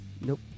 Nope